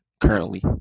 Currently